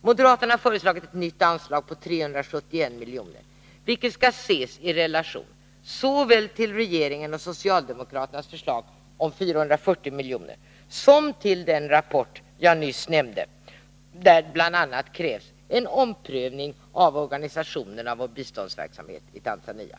Moderaterna har föreslagit ett nytt anslag på 371 miljoner, vilket skall ses i relation såväl till regeringens och socialdemokraternas förslag om 440 miljoner som till den rapport jag nyss nämnde, där bl.a. krävs en omprövning av organisationen av vår biståndsverksamhet i Tanzania.